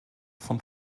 von